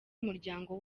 umuryango